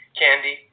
candy